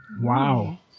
Wow